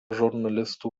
žurnalistų